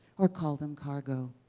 or call them cargo.